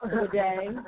today